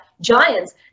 giants